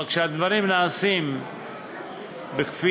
אבל כשהדברים נעשים בכפייה,